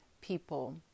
people